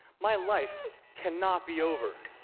my life cannot be over!